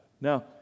Now